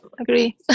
agree